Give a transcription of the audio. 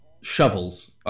shovels